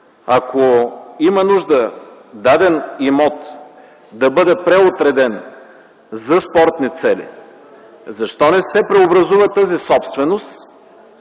Ако има нужда даден имот да бъде преотреден за спортни цели, аз питам: защо не се преобразува тази собственост